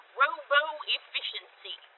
robo-efficiency